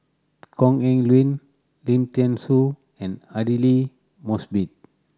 Kok Heng Leun Lim Thean Soo and Aidli Mosbit